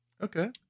Okay